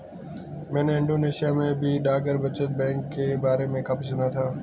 मैंने इंडोनेशिया में भी डाकघर बचत बैंक के बारे में काफी सुना था